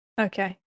Okay